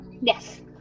Yes